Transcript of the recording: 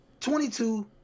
22